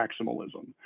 maximalism